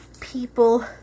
people